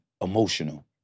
emotional